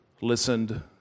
listened